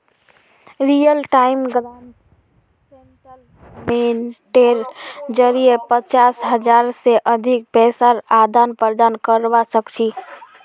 real time gross सेटलमेंटेर जरिये पचास हज़ार से अधिक पैसार आदान प्रदान करवा सक छी